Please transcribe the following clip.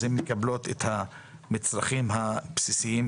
אז הן מקבלות את המצרכים הבסיסיים,